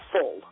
full